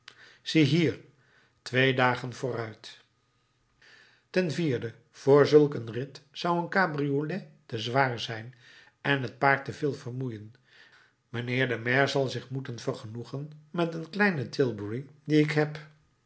ziehier twee dagen vooruit ten vierde voor zulk een rit zou een cabriolet te zwaar zijn en het paard te veel vermoeien mijnheer de maire zal zich moeten vergenoegen met een kleine tilbury die ik heb